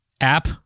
app